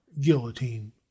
guillotine